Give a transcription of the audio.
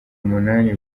umunani